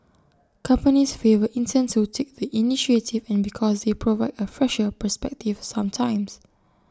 companies favour interns who take the initiative and because they provide A fresher perspective sometimes